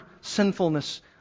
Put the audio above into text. sinfulness